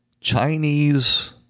Chinese